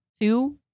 two